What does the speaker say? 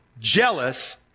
jealous